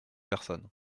personne